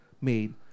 Made